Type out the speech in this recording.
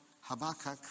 Habakkuk